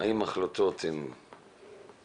האם ההחלטות נכונות.